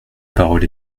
parole